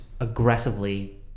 aggressively